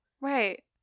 right